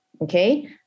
okay